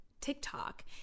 TikTok